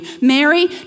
Mary